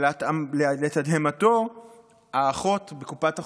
ולתדהמתו האחות בקופת החולים,